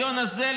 וההיגיון הזה,